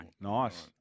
Nice